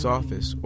Office